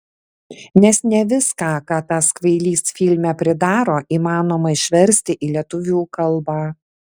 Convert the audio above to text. nes ne viską ką tas kvailys filme pridaro įmanoma išversti į lietuvių kalbą